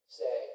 say